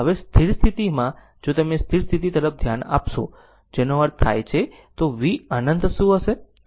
હવે સ્થિર સ્થિતિ માં જો તમે સ્થિર સ્થિતિ તરફ ધ્યાન આપશો જેનો અર્થ થાય છે તો v અનંત શું હશે